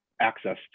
access